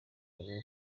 abapfuye